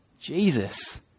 Jesus